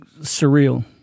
surreal